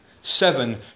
Seven